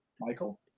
Michael